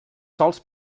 sols